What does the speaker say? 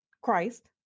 Christ